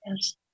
Yes